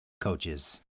coaches